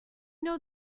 know